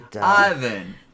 Ivan